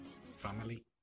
family